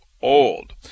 old